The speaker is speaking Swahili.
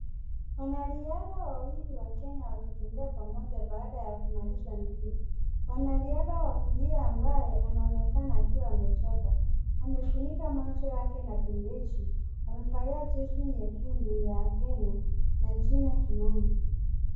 Wanariadha wawili wa Kenya wakitembea pamoja baada ya kumaliza mbio. Mwanariadha wa kulia ambaye anaonekana akiwa amechoka amefunika macho yake na bendeji, amevalia jezi nyekundu ya Kenya na jina Kimani.